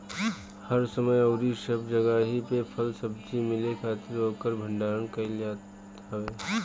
हर समय अउरी सब जगही पे फल सब्जी मिले खातिर ओकर भण्डारण कईल जात हवे